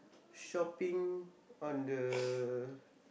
shopping on the